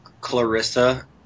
Clarissa